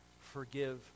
forgive